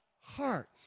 heart